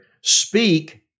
Speak